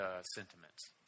sentiments